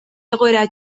egoera